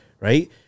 right